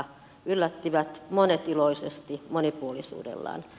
ne yllättivät monet iloisesti monipuolisuudellaan